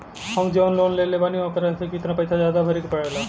हम जवन लोन लेले बानी वोकरा से कितना पैसा ज्यादा भरे के पड़ेला?